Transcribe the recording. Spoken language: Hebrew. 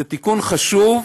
זה תיקון חשוב,